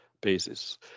basis